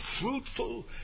fruitful